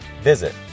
visit